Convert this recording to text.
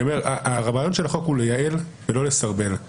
הרעיון של החוק הוא לייעל ולא לסרבל,